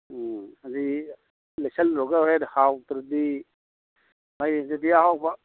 ꯎꯝ ꯑꯗꯨꯗꯤ ꯂꯩꯁꯜꯂꯨꯔꯒ ꯍꯣꯔꯦꯟ ꯍꯥꯎꯇ꯭ꯔꯗꯤ ꯃꯥꯏꯔꯦꯟꯁꯤꯗꯤ ꯑꯍꯥꯎꯕ